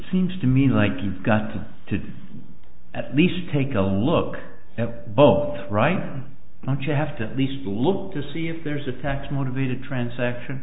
seems to me like you've got to to at least take a look at both right not you have to least look to see if there's a tax motivated transaction